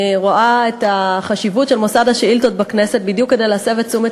אני רואה את החשיבות של מוסד השאילתות בדיוק בהסבת תשומת